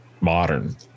modern